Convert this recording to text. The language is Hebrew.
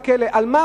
הוא יושב בכלא.